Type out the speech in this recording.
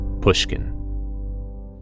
Pushkin